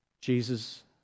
Jesus